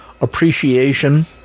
appreciation